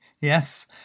Yes